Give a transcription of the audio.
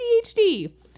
ADHD